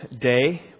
day